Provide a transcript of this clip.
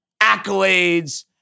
accolades